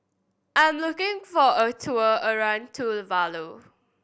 I'm looking for a tour around Tuvalu